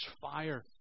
fire